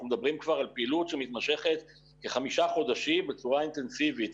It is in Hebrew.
אנחנו מדברים כבר על פעילות שמתמשכת כחמישה חודשים בצורה אינטנסיבית.